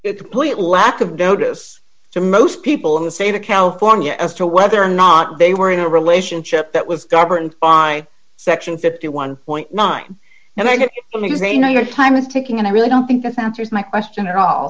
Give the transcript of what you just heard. be complete lack of notice to most people in the state of california as to whether or not they were in a relationship that was governed by section fifty one point nine and i get when you say no your time is ticking and i really don't think that answers my question at all